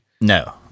No